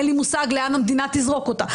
אין לי מושג לאן המדינה תזרוק אותה.